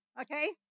okay